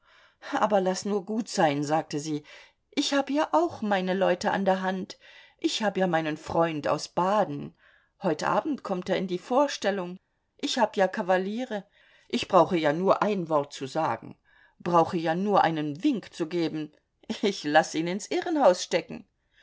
aber laß nur gut sein sagte sie ich hab ja auch meine leute an der hand ich hab ja meinen freund aus baden heut abend kommt er in die vorstellung ich hab ja kavaliere ich brauche ja nur ein wort zu sagen brauche ja nur einen wink zu geben ich laß ihn ins irrenhaus stecken